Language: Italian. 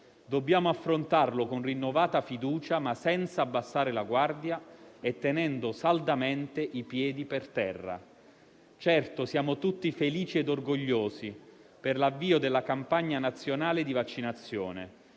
Dobbiamo affrontarlo con rinnovata fiducia, ma senza abbassare la guardia e tenendo saldamente i piedi per terra. Certo, siamo tutti felici e orgogliosi per l'avvio della campagna nazionale di vaccinazione,